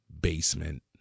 basement